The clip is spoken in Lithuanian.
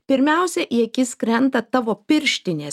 pirmiausia į akis krenta tavo pirštinės